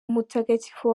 umutagatifu